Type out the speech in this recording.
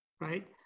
right